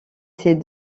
ces